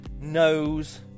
nose